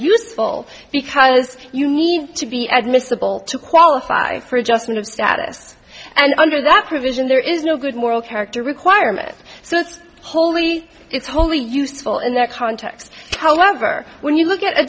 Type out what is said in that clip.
useful because you need to be admissible to qualify for adjustment of status and under that provision there is no good moral character requirement so it's holy it's wholly useful in that context however when you look at a